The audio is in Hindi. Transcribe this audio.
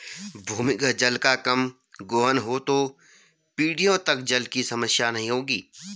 भूमिगत जल का कम गोहन हो तो पीढ़ियों तक जल की समस्या नहीं होगी